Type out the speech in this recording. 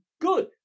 good